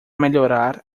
melhorar